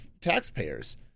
taxpayers